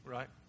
Right